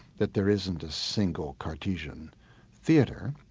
that there isn't a single cartesian theatre,